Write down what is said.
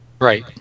right